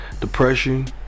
depression